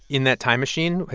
in that time machine,